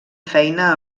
feina